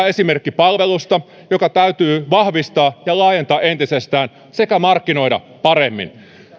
esimerkki palvelusta jota täytyy vahvistaa ja laajentaa entisestään sekä markkinoida paremmin